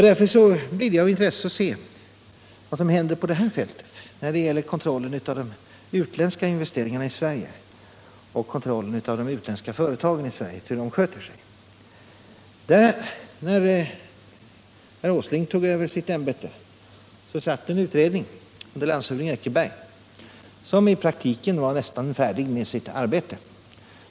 Därför blir det av intresse att se vad som händer på det här fältet, när det gäller kontrollen av de utländska investeringarna i Sverige och kontrollen av hur de utländska företagen i Sverige sköter sig. När herr Åsling tog över sitt ämbete satt en utredning under landshövding Eckerberg, som i praktiken var nästan färdig med sitt arbete.